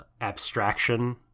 abstraction